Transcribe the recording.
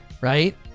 right